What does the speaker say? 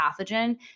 pathogen